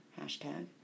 hashtag